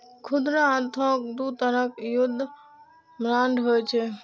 खुदरा आ थोक दू तरहक युद्ध बांड होइ छै